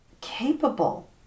capable